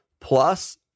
Plus